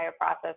process